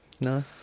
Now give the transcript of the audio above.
No